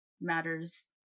matters